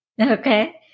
Okay